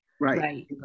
Right